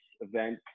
event